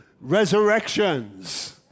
Resurrections